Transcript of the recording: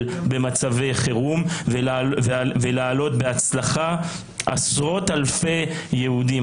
במצבי חירום ולהעלות בהצלחה עשרות אלפי יהודים.